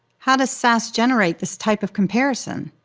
how does sas generate this type of comparison?